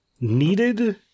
needed